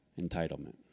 Entitlement